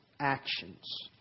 actions